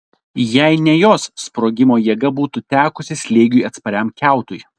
jei ne jos sprogimo jėga būtų tekusi slėgiui atspariam kiautui